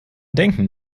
denken